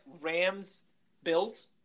Rams-Bills